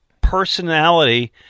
personality